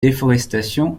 déforestation